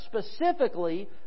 specifically